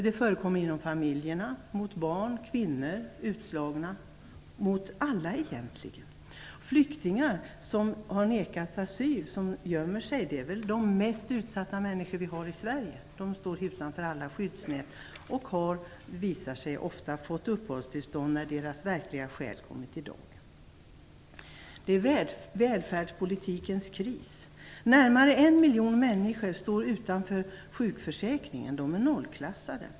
Det förekommer inom familjerna, mot barn, kvinnor, utslagna, mot alla egentligen. Flyktingar som har nekats asyl och som gömmer sig är väl de mest utsatta människor vi har i Sverige. De står utanför alla skyddsnät och har, visar det sig, fått uppehållstillstånd när deras verkliga skäl kommit i dagen. Välfärdspolitiken är i kris. Närmare en miljon människor står utanför sjukförsäkringen, de är nollklassade.